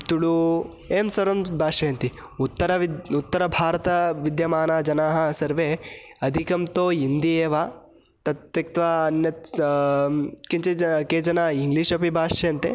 तुळु एवं सर्वं भाष्यन्ते उत्तरे उत्तरभारते विद्यमानाः जनाः सर्वे अधिकं तु इन्दी एव तत् त्यक्त्वा अन्यत्सर्वं किञ्चित् केचन इङ्ग्लिश् अपि भाष्यन्ते